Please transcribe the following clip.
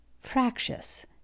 fractious